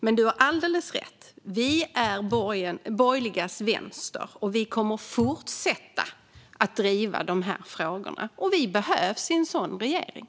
Men du har alldeles rätt: Vi är de borgerligas vänster, och vi kommer att fortsätta att driva dessa frågor. Vi behövs i en sådan regering.